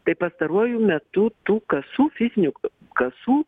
tai pastaruoju metu tų kasų fizinių kasų